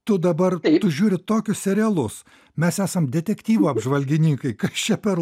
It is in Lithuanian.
tu dabar žiūri tokius serialus mes esam detektyvų apžvalgininkai kas čia per